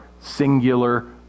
singular